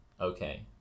Okay